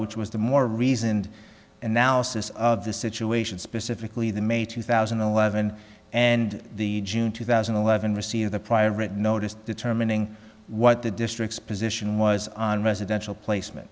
which was the more reasoned analysis of the situation specifically the may two thousand and eleven and the june two thousand and eleven receive the prior written notice determining what the district's position was on residential placement